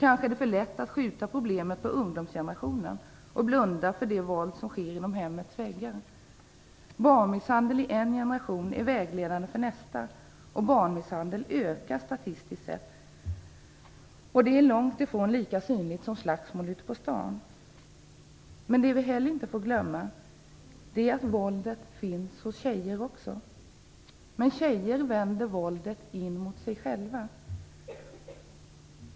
Kanske är det för lätt att skjuta över problemet på ungdomsgenerationen och blunda för det våld som sker inom hemmets väggar. Barnmisshandel i en generation är vägledande för nästa. Barnmisshandeln ökar statistiskt sett. Det är långtifrån lika synligt som slagsmål ute på stan. Det vi heller inte får glömma är att våldet också finns hos tjejer. Men tjejer vänder våldet in mot sig själva.